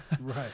right